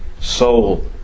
Soul